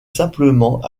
simplement